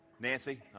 Nancy